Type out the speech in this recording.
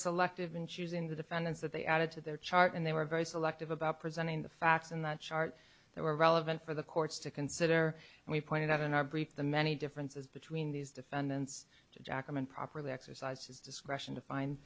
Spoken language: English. selective in choosing the defendants that they added to their chart and they were very selective about presenting the facts in that chart that were relevant for the courts to consider and we pointed out in our brief the many differences between these defendants jack and properly exercised his discretion